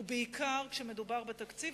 ובעיקר כשמדובר בתקציב,